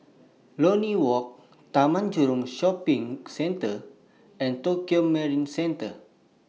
Lornie Walk Taman Jurong Shopping Centre and Tokio Marine Centre